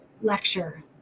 lecture